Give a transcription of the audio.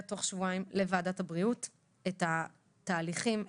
תוך שבועיים לוועדת הבריאות את התהליכים,